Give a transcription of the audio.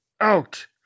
out